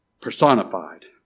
personified